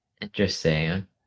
Interesting